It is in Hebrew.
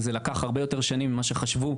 וזה לקח הרבה יותר שנים ממה שחשבו,